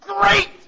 great